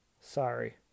Sorry